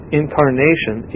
incarnation